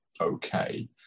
Okay